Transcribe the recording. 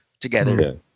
together